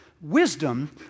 Wisdom